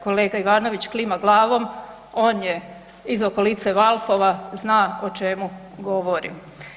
Kolega Ivanović klima glavom, on je iz okolice Valpova, zna o čemu govorim.